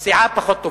סיעה פחות טובה.